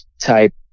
type